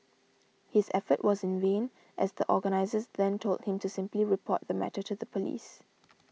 his effort was in vain as the organisers then told him to simply report the matter to the police